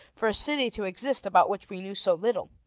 for a city to exist about which we knew so little.